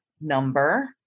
number